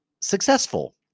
successful